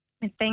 Thank